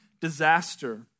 disaster